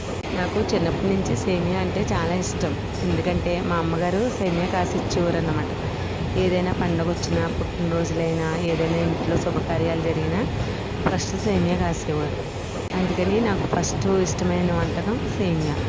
నాకు చిన్నప్పటి నుంచి సేమ్యా అంటే చాలా ఇష్టం ఎందుకంటే మా అమ్మగారు సేమ్యా కాసి ఇచ్చేవారు అన్నమాట ఏదైనా పండుగ వచ్చిన పుట్టినరోజులు అయినా ఏదైనా ఇంట్లో శుభకార్యాలు జరిగిన ఫస్ట్ సేమ్యా కాసేవారు అందుకని నాకు ఇష్టమైన వంటకం సేమ్యా